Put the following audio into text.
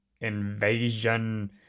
Invasion